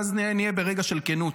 ואז נהיה ברגע של כנות,